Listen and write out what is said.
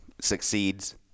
succeeds